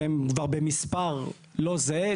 שהם במספר לא זהה,